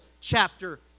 chapter